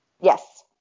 Yes